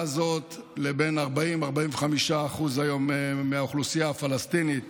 הזאת לבין 40% 45% היום מהאוכלוסייה הפלסטינית